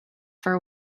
for